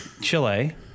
Chile